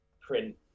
print